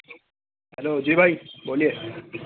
hello جی بھائی بولیئے